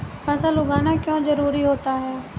फसल उगाना क्यों जरूरी होता है?